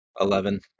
Eleven